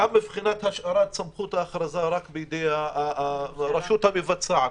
גם מבחינת השארת סמכות ההכרזה רק בידי הרשות המבצעת.